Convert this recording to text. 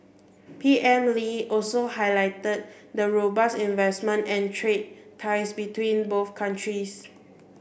P M Lee also highlighted the robust investment and trade ties between both countries